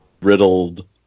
riddled